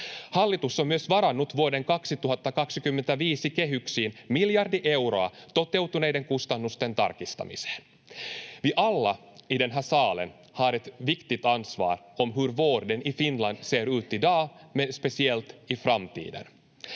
Hallitus on myös varannut vuoden 2025 kehyksiin miljardi euroa toteutuneiden kustannusten tarkistamiseen. Vi alla i den här salen har ett viktigt ansvar för hur vården i Finland ser ut i dag, men speciellt i framtiden.